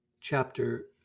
chapter